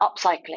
upcycling